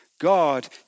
God